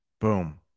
boom